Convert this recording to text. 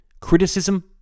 criticism